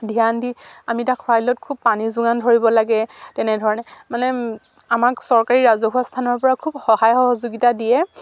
ধ্যান দি আমি খুব পানী যোগান ধৰিব লাগে তেনেধৰণে মানে আমাক চৰকাৰী ৰাজহুৱা স্থানৰ পৰা খুব সহায় সহযোগিতা দিয়ে